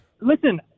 listen